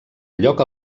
lloc